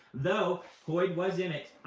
though hoid was in it,